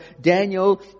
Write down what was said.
Daniel